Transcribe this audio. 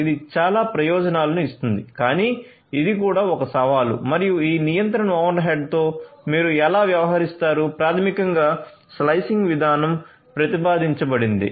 ఇది చాలా ప్రయోజనాలను ఇస్తుంది కానీ ఇది కూడా ఒక సవాలు మరియు ఈ నియంత్రణ ఓవర్హెడ్తో మీరు ఎలా వ్యవహరిస్తారు ప్రాథమికంగా స్లైసింగ్ విధానం ప్రతిపాదించబడింది